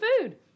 food